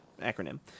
acronym